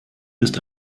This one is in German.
ist